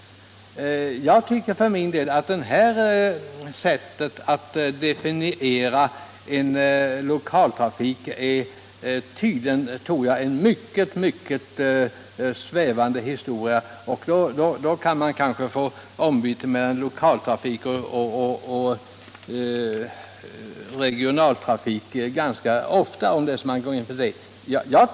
Jag tycker för min del att det här sättet att definiera lokaltrafik är mycket svävande. Man kan nog få ombyte mellan lokaltrafik och regionaltrafik ganska ofta, om man går in för den tolkningen.